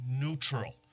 neutral